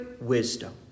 wisdom